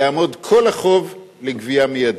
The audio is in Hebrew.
יעמוד כל החוב לגבייה מיידית.